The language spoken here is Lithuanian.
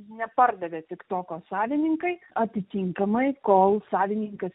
nepardavė tiktoko savininkai atitinkamai kol savininkas